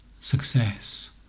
success